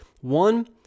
One